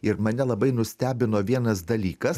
ir mane labai nustebino vienas dalykas